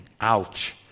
ouch